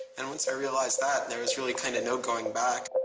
and once i realised that, there was really kind of no going back